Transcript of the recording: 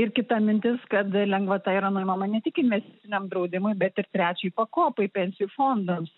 ir kita mintis kad lengvata yra nuimama ne tik investiciniam draudimui bet tik trečiai pakopai pensijų fondams